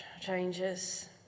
changes